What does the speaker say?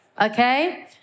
okay